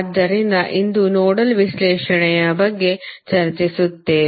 ಆದ್ದರಿಂದ ಇಂದು ನೋಡಲ್ ವಿಶ್ಲೇಷಣೆಯ ಬಗ್ಗೆ ಚರ್ಚಿಸುತ್ತೇವೆ